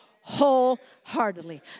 Wholeheartedly